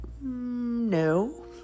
no